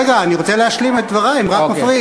רגע, אני רוצה להשלים את דברי, הם רק מפריעים.